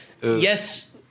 yes